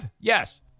yes